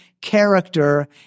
character